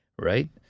Right